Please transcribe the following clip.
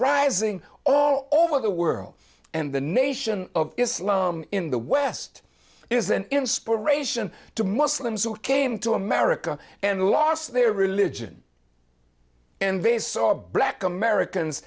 rising all over the world and the nation of islam in the west is an inspiration to muslims who came to america and lost their religion and they saw a black americans